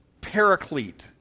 paraclete